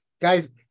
Guys